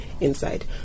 inside